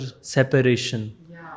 Separation